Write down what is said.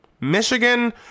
Michigan